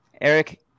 Eric